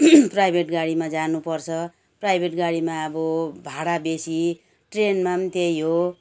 private गाडीमा जानुपर्छ private गाडीमा अब भाडा बेसी ट्रेनमा पनि त्यही हो